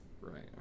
Right